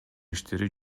иштери